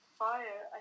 fire